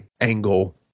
angle